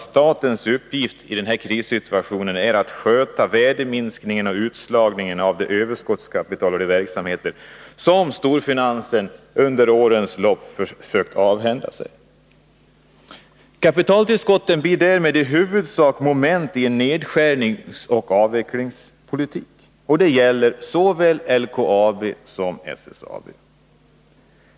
Statens uppgift i denna krissituation har egentligen blivit att sköta värdeminskningen av det överskottskapital och utslagningen av de verksamheter som storfinansen under årens lopp försökt avhända sig. Kapitaltillskotten blir därför i huvudsak moment i en nedskärningsoch avvecklingspolitik. Det gäller såväl LKAB som SSAB.